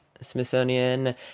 Smithsonian